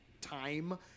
time